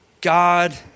God